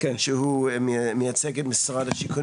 שהוא מייצג את משרד השיכון,